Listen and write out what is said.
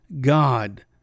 God